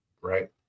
right